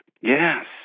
Yes